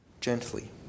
gently